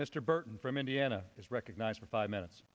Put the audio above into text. mr burton from indiana is recognized for five minutes